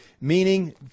meaning